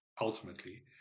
ultimately